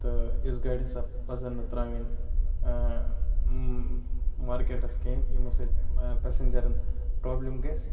تہٕ اِژھ گٲڑۍ ہَسا پَزَن نہٕ تراوٕنۍ مارکٔٹَس کینٛہہ یمو سۭتۍ پیٚسَنجَرَن پرابلِم گَژھِ